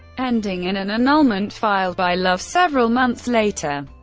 ending in an annulment filed by love several months later.